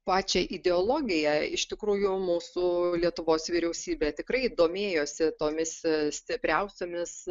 pačią ideologiją iš tikrųjų mūsų lietuvos vyriausybė tikrai domėjosi tomis stipriausiomis